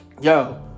yo